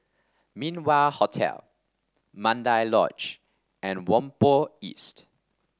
Min Wah Hotel Mandai Lodge and Whampoa East